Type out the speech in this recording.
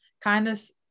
kindness